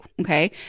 Okay